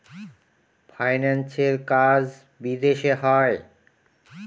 ফাইন্যান্সের কাজ বিদেশে হয়